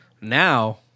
now